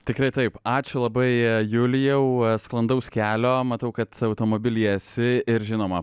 tikrai taip ačiū labai julijau sklandaus kelio matau kad automobilyje esi ir žinoma